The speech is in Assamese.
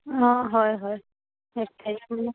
অঁ হয় হয়